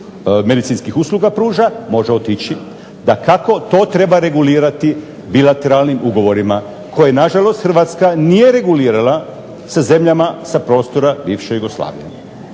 medicinskih usluga pruža može otići. Dakako, to treba regulirati bilatelarnim ugovorima koje nažalost Hrvatska nije regulirala sa zemljama sa prostora bivše Jugoslavije